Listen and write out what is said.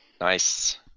Nice